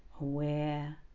aware